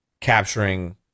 capturing